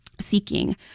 seeking